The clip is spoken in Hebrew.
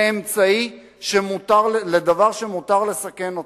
לאמצעי, לדבר שמותר לסכן אותו.